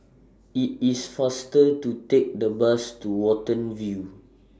IT IS faster to Take The Bus to Watten View